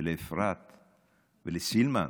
ולאפרת ולסילמן,